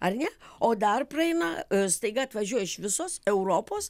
ar ne o dar praeina staiga atvažiuoja iš visos europos